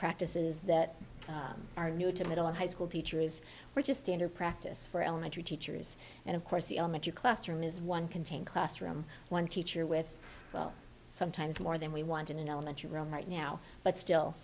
practices that are new to middle and high school teacher is where just standard practice for elementary teachers and of course the elementary classroom is one contained classroom one teacher with sometimes more than we want in an elementary room right now but still